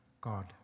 God